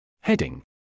Heading